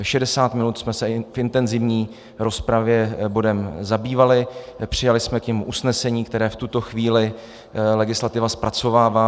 Šedesát minut jsme se v intenzivní rozpravě bodem zabývali, přijali jsme k němu usnesení, které v tuto chvíli legislativa zpracovává.